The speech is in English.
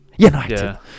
United